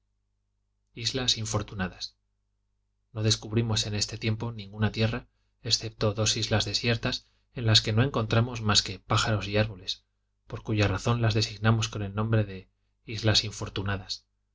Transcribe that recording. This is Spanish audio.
islas infortunadas no descubrimos en este tiempo ninguna tierra excepto dos islas desiertas en las que no encontramos mas que pájaros y árboles por cuya razón las designamos con el nombre de islas infortunadas